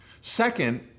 Second